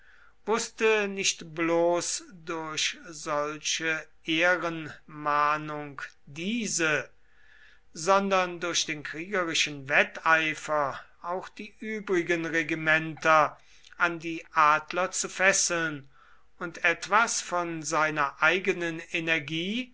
wußte nicht bloß durch solche ehrenmahnung diese sondern durch den kriegerischen wetteifer auch die übrigen regimenter an die adler zu fesseln und etwas von seiner eigenen energie